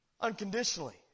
Unconditionally